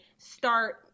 start